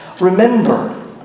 remember